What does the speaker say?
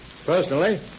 Personally